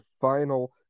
final